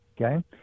Okay